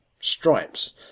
stripes